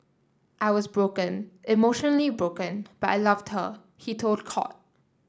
I was broken emotionally broken but I loved her he told court